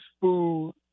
food